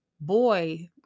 boy